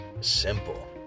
simple